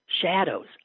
shadows